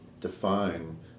define